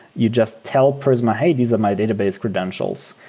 you just tell prisma, hey, these are my database credentials,